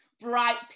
bright